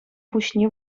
пуҫне